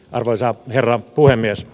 arvoisa herra puhemies